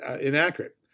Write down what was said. inaccurate